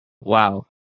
Wow